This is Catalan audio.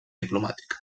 diplomàtica